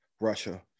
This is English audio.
Russia